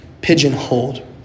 pigeonholed